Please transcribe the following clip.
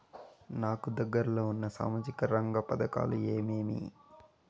నాకు దగ్గర లో ఉన్న సామాజిక రంగ పథకాలు ఏమేమీ?